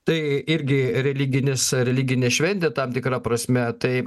tai irgi religinis religinė šventė tam tikra prasme taip